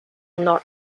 not